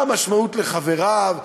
מה המשמעות לחבריו,